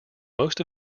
most